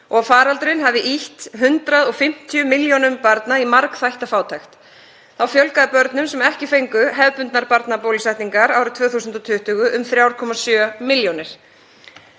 að faraldurinn hafi ýtt 150 milljónum barna í margþætta fátækt. Þá fjölgaði börnum sem ekki fengu hefðbundnar barnabólusetningar árið 2020 um 3,7 milljónir.